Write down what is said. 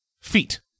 feet